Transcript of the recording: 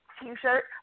T-shirt